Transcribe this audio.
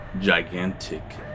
gigantic